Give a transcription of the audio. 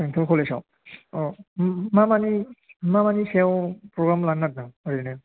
बेंथल कलेजआव मा बादि मा मानि सायाव प्रग्राम लानो नागिदों ओरैनो